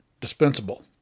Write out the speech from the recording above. dispensable